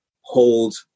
hold